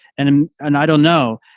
and um and i don't know.